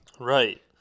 Right